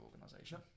organization